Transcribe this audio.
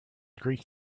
greek